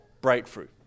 breakthrough